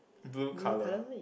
blue colour